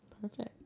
perfect